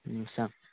सांग